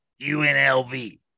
UNLV